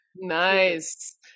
Nice